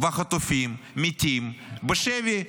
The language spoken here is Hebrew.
והחטופים מתים בשבי.